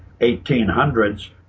1800s